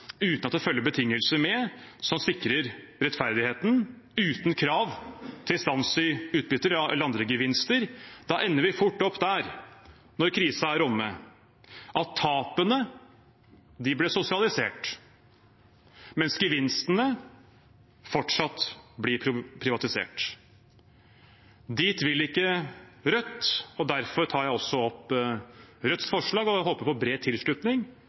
uten at det følger betingelser med som sikrer rettferdigheten, og uten krav til stans i utbytte eller andre gevinster. Da ender vi når krisen er omme, fort opp med at tapene blir sosialisert, mens gevinstene fortsatt blir privatisert. Dit vil ikke Rødt. Derfor tar jeg opp Rødts forslag, og jeg håper på bred tilslutning